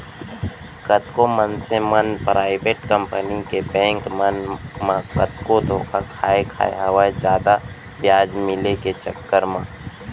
कतको मनसे मन पराइबेट कंपनी के बेंक मन म कतको धोखा खाय खाय हवय जादा बियाज मिले के चक्कर म